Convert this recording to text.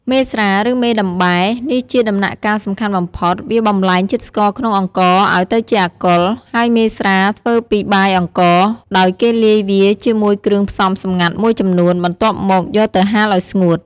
មេស្រា ឬ មេដំបែ នេះជាដំណាក់កាលសំខាន់បំផុត វាបម្លែងជាតិស្ករក្នុងអង្ករឲ្យទៅជាអាល់កុល ហើយមេស្រាធ្វើពីបាយអង្ករ ដោយគេលាយវាជាមួយគ្រឿងផ្សំសម្ងាត់មួយចំនួន បន្ទាប់មក យកទៅហាលឲ្យស្ងួត។